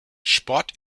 sport